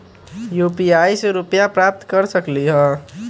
UPI से रुपए प्राप्त कर सकलीहल?